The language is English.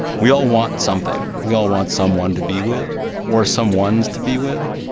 we all want something. we all want someone to be with or someones to be with.